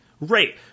Right